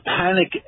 panic